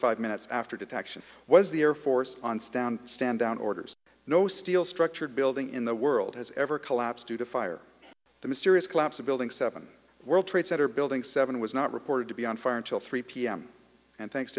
five minutes after detection was the air force aunts down stand down orders no steel structured building in the world has ever collapsed due to fire the mysterious collapse of building seven world trade center building seven was not reported to be on foreign till three p m and thanks